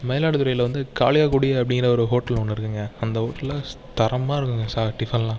மயிலாடுதுறையில் வந்து காளியாக்குடி அப்படிங்கிற ஒரு ஹோட்டல் ஒன்று இருக்குங்க அந்த ஹோட்டலில் தரமா இருக்குங்க டிஃபன்லாம்